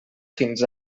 fins